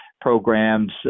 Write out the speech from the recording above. programs